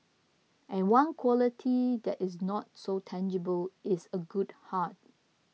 and one quality that is not so tangible is a good heart